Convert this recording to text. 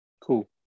Cool